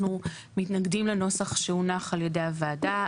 אנחנו מתנגדים לנוסח שהונח על ידי הוועדה.